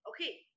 Okay